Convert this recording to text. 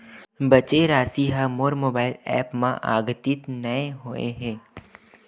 बचे राशि हा मोर मोबाइल ऐप मा आद्यतित नै होए हे